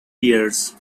years